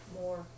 more